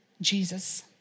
Jesus